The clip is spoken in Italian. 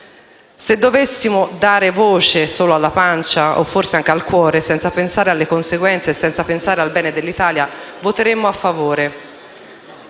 Se dovessimo dare voce solo alla pancia, o forse anche al cuore, senza pensare alle conseguenze e senza pensare al bene dell'Italia, voteremmo a favore.